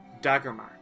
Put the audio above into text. Daggermark